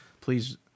please